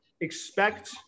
expect